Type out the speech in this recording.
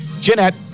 Jeanette